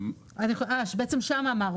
הסכמנו